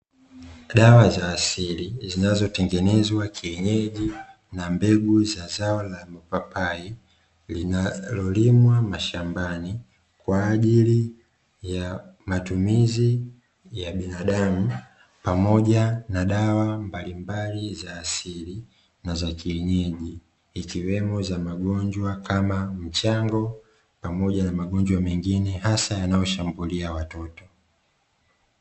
Dawa za asili zinazotengenezwa kienyeji na mbegu za zao la mpapai linalolimwa mashambani, kwa ajili ya matumizi ya binadamu pamoja na dawa mbalimbali za asili na za kienyeji. Ikiwemo za magonjwa kama mchango, pamoja na magonjwa mengine hasa yanayoshambulia watoto.